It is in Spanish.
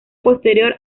posterior